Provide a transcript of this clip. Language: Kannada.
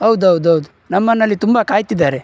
ಹೌದೌದೌದು ನಮ್ಮನ್ನಲ್ಲಿ ತುಂಬ ಕಾಯ್ತಿದ್ದಾರೆ